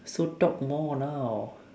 so talk more now